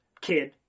kid